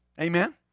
Amen